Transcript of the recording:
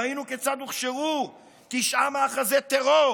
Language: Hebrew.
ראינו כיצד הוכשרו תשעה מאחזי טרור